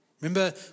Remember